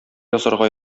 язарга